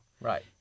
right